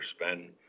spend